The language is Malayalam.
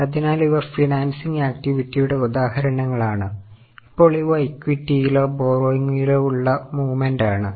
അതിനാൽ ഇവ ഫൈനൻസിങ് ആക്റ്റിവിറ്റിയുടെ ഉദാഹരണങ്ങളാണ് ഇപ്പോൾ ഇവ ഇക്വിറ്റിയിലോ ബോറോയിങ്ങുകളിലോ ഉള്ള മൂവ്മെന്റ് ആണ്